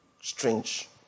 Strange